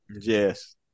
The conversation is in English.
Yes